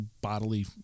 bodily